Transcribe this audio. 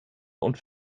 und